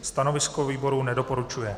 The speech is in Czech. Stanovisko výboru: Nedoporučuje.